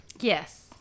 Yes